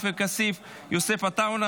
עופר כסיף ויוסף עטאונה,